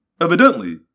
evidently